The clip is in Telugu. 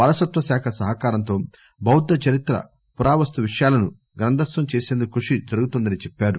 వారసత్వ శాఖ సహకారంతో బౌద్ద చరిత్ర పురావస్తు విషయాలను గ్రంథస్లం చేసేందుకు కృషి జరుగుతోందని చెప్పారు